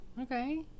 Okay